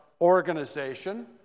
organization